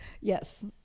Yes